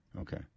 Okay